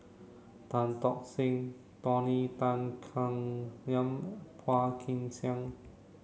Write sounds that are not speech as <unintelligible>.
Tan Tock Seng Tony Tan Keng Yam <unintelligible> Phua Kin Siang